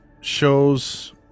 shows